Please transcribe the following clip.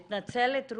מאוד אתמצת.